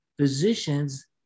physicians